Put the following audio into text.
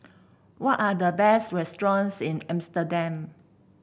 what are the best restaurants in Amsterdam